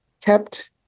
kept